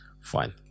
Fine